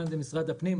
הן בסמכות משרד הפנים.